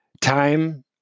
Time